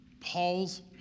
Paul's